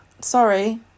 Sorry